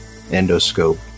endoscope